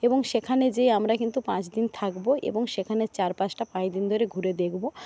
এবং সেখানে যেয়ে আমরা কিন্তু পাঁচদিন থাকবো এবং সেখানের চারপাশটা কয়েকদিন ধরে ঘুরে দেখবো